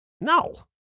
No